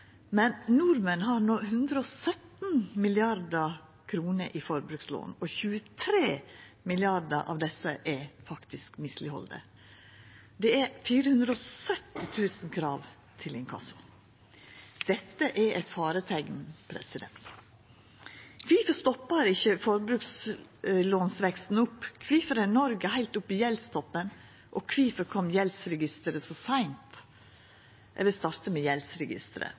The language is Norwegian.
Men nordmenn har no 117 mrd. kr i forbrukslån, og 23 mrd. kr av desse er faktisk misleghaldne. Det er 470 000 krav til inkasso. Dette er eit fareteikn. Kvifor stoppar ikkje veksten i forbrukslån opp? Kvifor er Noreg heilt i gjeldstoppen? Og kvifor kom gjeldsregisteret så seint? Eg vil starta med